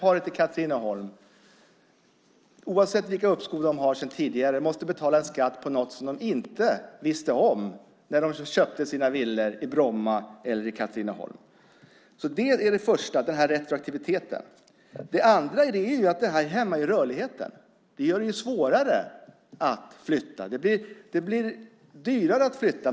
Paret i fråga måste, oavsett vilka uppskov de har sedan tidigare, betala en skatt som de inte visste om när de köpte sina villor i Bromma eller i Katrineholm. Det andra problemet är att detta hämmar rörligheten. Det gör det svårare och dyrare att flytta.